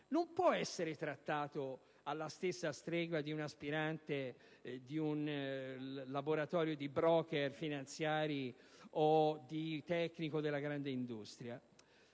non può essere trattato alla stessa stregua di un aspirante di un laboratorio di *broker* finanziari o di un tecnico della grande industria.